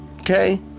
Okay